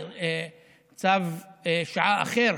על צו שעה אחר,